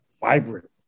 vibrant